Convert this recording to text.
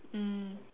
mm